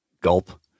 Gulp